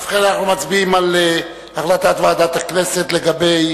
ובכן, אנחנו מצביעים על החלטת ועדת הכנסת לגבי